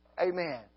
Amen